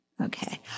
Okay